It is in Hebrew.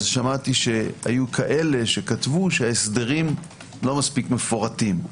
שמעתי שהיו כאלה שכתבו שההסדרים לא מספיק מפורטים.